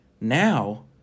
Now